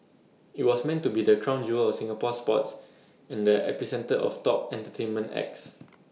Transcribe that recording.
IT was meant to be the crown jewel of Singapore sports and the epicentre of top entertainment acts